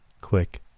Click